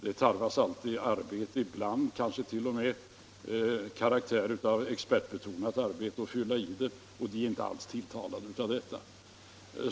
Det tarvas alltid arbete — ibland kanske t.o.m. av expertbetonad karaktär — för att fylla i dem, och företagarna är inte alls tilltalade av detta.